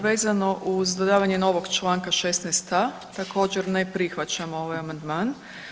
Vezano uz dodavanje novog članka 16a. također ne prihvaćamo ovaj amandman.